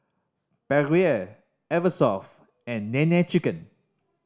Perrier Eversoft and Nene Chicken